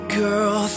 girl